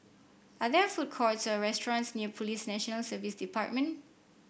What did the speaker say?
are there food courts or restaurants near Police National Service Department